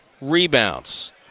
rebounds